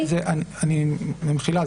במחילה,